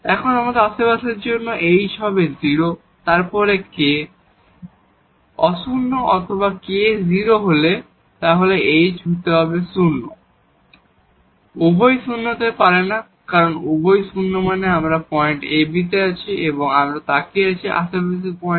এখন আশেপাশের জন্য হয় h হবে 0 তারপর k হবে অশূন্য অথবা যদি k 0 হয় তাহলে h হতে শূন্য হবে উভয়ই 0 হতে পারে না কারণ উভয় 0 মানে আমরা পয়েন্ট ab এ আছি এবং আমরা তাকিয়ে আছি আশেপাশের পয়েন্ট